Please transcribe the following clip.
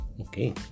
Okay